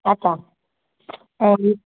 अछा ऐं